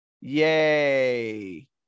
Yay